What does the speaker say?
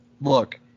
look